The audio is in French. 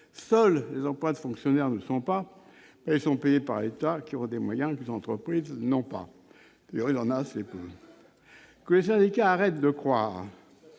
Seuls les emplois de fonctionnaire ne le sont pas, mais ils sont payés par l'État, qui a des moyens que les entreprises n'ont pas. Que les syndicats cessent de croire